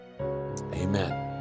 amen